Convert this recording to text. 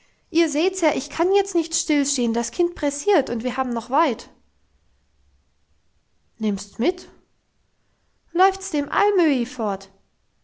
ihr seht's ja ich kann jetzt nicht still stehen das kind pressiert und wir haben noch weit nimmst's mit läuft's dem alm öhi fort